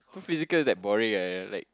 too physical is like boring like that like